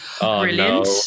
Brilliant